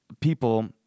people